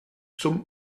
zum